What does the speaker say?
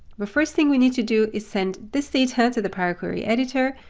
the first thing we need to do is send this data to the power query editor,